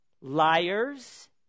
Liars